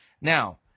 Now